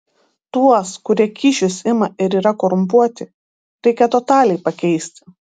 tuos kurie kyšius ima ir yra korumpuoti reikia totaliai pakeisti